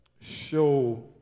show